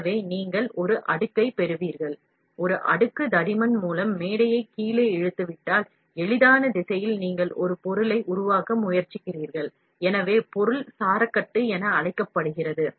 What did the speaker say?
எனவே நீங்கள் ஒரு அடுக்கைப் பெறுவீர்கள் நீங்கள் z திசையில் மேஜையை கீழே இழுக்கும்போது நீங்கள் இன்னும் ஒரு அடுக்கைப் பெறுவீர்கள் மேலும் இறுதியாக கட்டப்பட்ட பொருள் scafold என அழைக்கப்படுகிறது